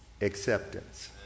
acceptance